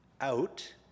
out